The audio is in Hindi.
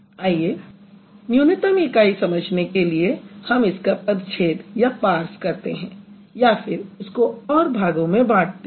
आइए न्यूनतम इकाई समझने के लिए हम इसका पदच्छेद करते हैं या फिर इसको और भागों में बांटते हैं